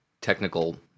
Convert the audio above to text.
technical